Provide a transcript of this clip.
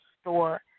store